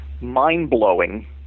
mind-blowing